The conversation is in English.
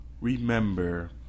remember